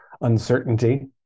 uncertainty